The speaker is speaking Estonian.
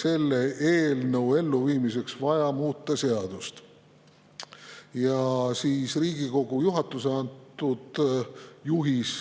selle eelnõu elluviimiseks vaja seadusi muuta. Riigikogu juhatuse antud juhis